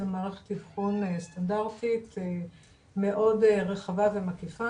מערכת אבחון סטנדרטית מאוד רחבה ומקיפה